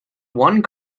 one